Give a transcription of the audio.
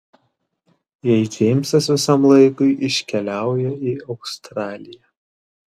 jei džeimsas visam laikui iškeliauja į australiją